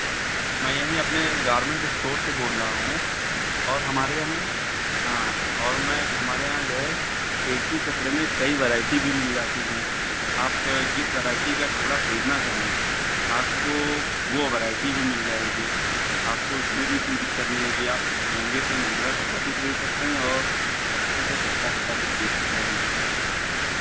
मैं यहीं अपने गारमेन्ट स्टोर से बोल रहा हूँ और हमारे यहाँ हाँ और मैं हमारे यहाँ जो है एक ही कपड़े में कई वराइटी भी मिल जाती हैं आप जिस वराइटी का कपड़ा खरीदना चाहें आपको वो वराइटी भी मिल जाएगी आपको इसमें भी कोई दिक्कत नहीं होगी आप महंगे से महंगा कपड़ा भी खरीद सकते हैं और सस्ते से सस्ता कपड़ा भी खरीद सकते हैं